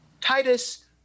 Titus